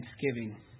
thanksgiving